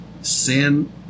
sin